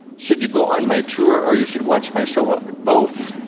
should you go on my tour, or you should watch my show? well both.